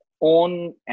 own